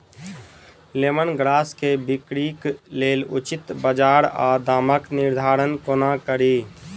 Lemon grass केँ बिक्रीक लेल उचित बजार आ दामक निर्धारण कोना कड़ी?